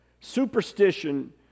Superstition